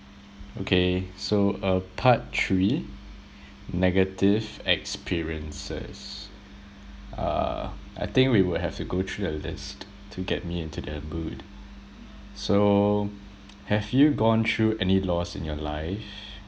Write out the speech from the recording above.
okay so uh part three negative experiences uh I think we will have to go through the list to get me into the mood so have you gone through any loss in your life